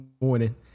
morning